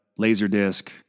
laserdisc